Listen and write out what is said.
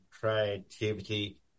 creativity